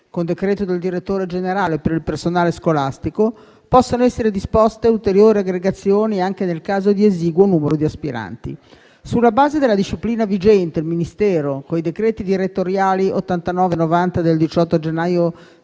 con decreto del Direttore generale per il personale scolastico, possano essere disposte ulteriori aggregazioni, anche nel caso di esiguo numero di aspiranti. Sulla base della disciplina vigente, il Ministero con i decreti direttoriali 89 e 90 del 18 gennaio 2024,